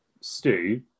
Stu